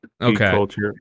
Okay